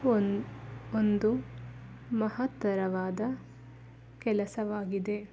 one ಒಂದು ಮಹತ್ತರವಾದ ಕೆಲಸವಾಗಿದೆ